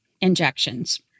injections